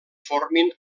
formin